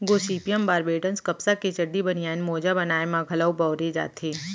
Gossypium barbadense कपसा के चड्डी, बनियान, मोजा बनाए म घलौ बउरे जाथे